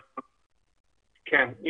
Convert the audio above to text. כן.